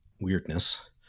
weirdness